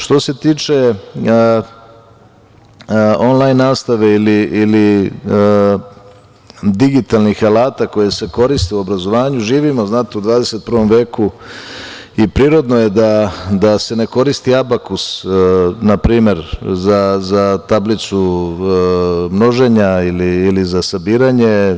Što se tiče onlajn nastave ili digitalnih alata koji se koriste u obrazovanju, živimo u 21. veku i prirodno je da se ne koristi abakus na primer za tablicu množenja ili za sabiranje.